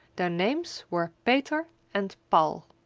their names were peter and paul.